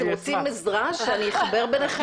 אתם רוצים עזרה שאני אחבר ביניכם?